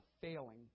failing